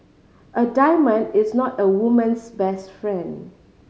a diamond is not a woman's best friend